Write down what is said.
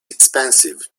expensive